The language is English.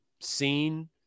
seen